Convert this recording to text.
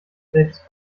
selbst